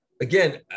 again